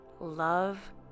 love